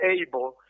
able